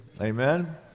Amen